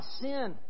sin